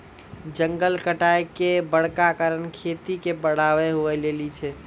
जंगल कटाय के बड़का कारण खेती के बढ़ाबै हुवै लेली छै